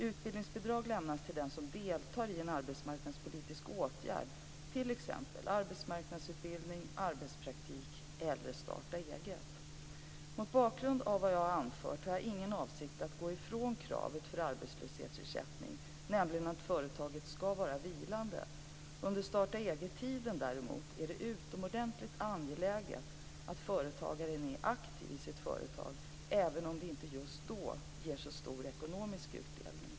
Utbildningsbidrag lämnas till den som deltar i en arbetsmarknadspolitisk åtgärd, t.ex. arbetsmarknadsutbildning, arbetspraktik eller att starta eget. Mot bakgrund av vad jag har anfört har jag ingen avsikt att gå ifrån kravet för arbetslöshetsersättning, nämligen att företaget skall vara vilande. Under starta-eget-tiden är det däremot utomordentligt angeläget att företagaren är aktiv i sitt företag även om det inte just då ger så stor ekonomisk utdelning.